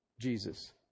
Jesus